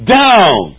down